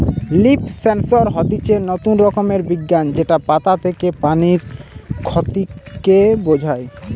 leaf sensor হতিছে নতুন রকমের বিজ্ঞান যেটা পাতা থেকে পানির ক্ষতি কে বোঝায়